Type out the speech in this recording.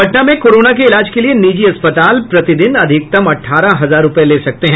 पटना में कोरोना के इलाज के लिये निजी अस्पताल प्रतिदिन अधिकतम अठारह हजार रूपये ले सकते हैं